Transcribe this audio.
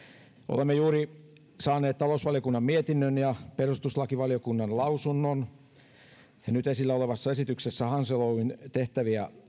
olemme juuri saaneet talousvaliokunnan mietinnön ja perustuslakivaliokunnan lausunnon ja nyt esillä olevassa esityksessä hansel oyn tehtäviä